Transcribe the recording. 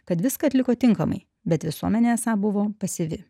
kad viską atliko tinkamai bet visuomenė esą buvo pasyvi